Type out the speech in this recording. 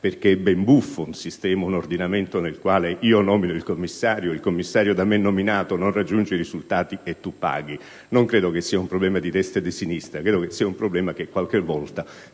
perché è ben buffo un ordinamento nel quale io nomino il commissario, il commissario da me nominato non raggiunge risultati e tu paghi. Non credo sia un problema di destra o di sinistra: è che qualche volta,